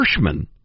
Hirschman